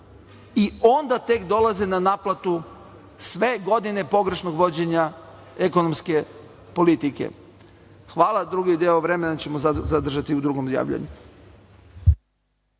i onda tek dolaze na naplatu sve godine pogrešnog vođenja ekonomske politike. Hvala, drugi deo vremena ćemo zadržati za drugo javljanje.